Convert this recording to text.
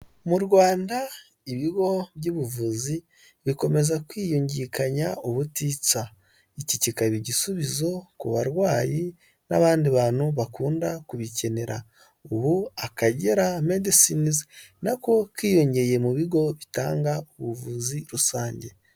Mu Rwanda, ibigo by'ubuvuzi, bikomeza kwiyungikanya ubutitsa, iki kikaba igisubizo ku barwayi n'abandi bantu bakunda kubikenera, ubu Akagera Medesinizi na ko kiyongeye mu bigo bitanga ubuvuzi rusange.